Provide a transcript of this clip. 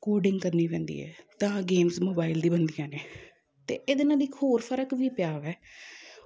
ਕੋਰਡਿੰਗ ਕਰਨੀ ਪੈਂਦੀ ਹੈ ਤਾਂ ਗੇਮਸ ਮੋਬਾਇਲ ਦੀ ਬਣਦੀਆਂ ਨੇ ਅਤੇ ਇਹਦੇ ਨਾਲ ਇੱਕ ਹੋਰ ਫ਼ਰਕ ਵੀ ਪਿਆ ਹੈ